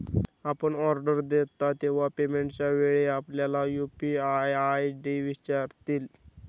आपण ऑर्डर देता तेव्हा पेमेंटच्या वेळी आपल्याला यू.पी.आय आय.डी विचारतील